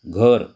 घर